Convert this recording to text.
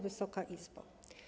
Wysoka Izbo!